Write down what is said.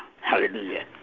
Hallelujah